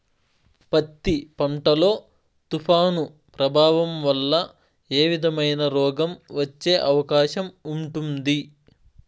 పత్తి పంట లో, తుఫాను ప్రభావం వల్ల ఏ విధమైన రోగం వచ్చే అవకాశం ఉంటుంది?